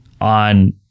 on